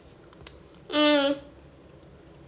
mm